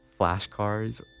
flashcards